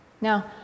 Now